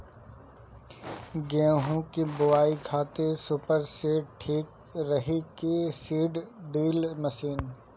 गेहूँ की बोआई खातिर सुपर सीडर ठीक रही की सीड ड्रिल मशीन?